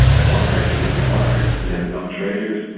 and once there's a liquid market, and there's enough traders,